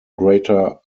greater